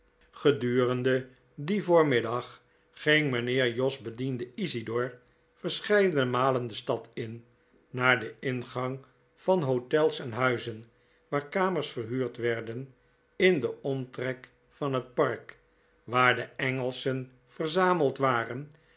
gedurende dien voormiddag ging mijnheer jos bediende isidor verscheidene malen de stad in naar den ingang van hotels en huizen waar kamers verhuurd werden in den omtrek van het park waar de engelschen verzameld waren